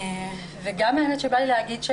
האמת שבא לי להגיד,